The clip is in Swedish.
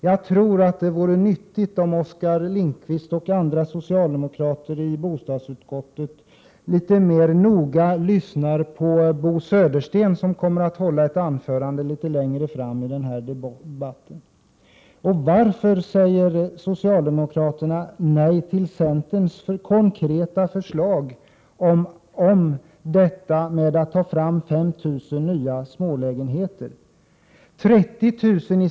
Jag tror att det vore nyttigt om Oskar Lindkvist och andra socialdemokrater i bostadsutskottet noga lyssnade till Bo Södersten, som kommer att hålla ett anförande litet längre fram i denna debatt. Varför säger socialdemokraterna nej till centerns konkreta förslag om att ta fram 5 000 nya smålägenheter? Att avsätta 30 000 kr.